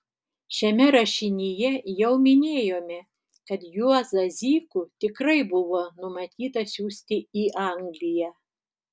šiame rašinyje jau minėjome kad juozą zykų tikrai buvo numatyta siųsti į angliją